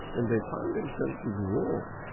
and they find themself in war.